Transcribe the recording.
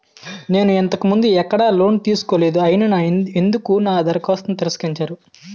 నేను ఇంతకు ముందు ఎక్కడ లోన్ తీసుకోలేదు అయినా ఎందుకు నా దరఖాస్తును తిరస్కరించారు?